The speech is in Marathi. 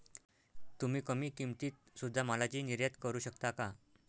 तुम्ही कमी किमतीत सुध्दा मालाची निर्यात करू शकता का